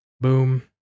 Boom